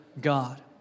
God